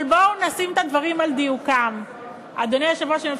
אבל בואו נשים את הדברים על דיוקם,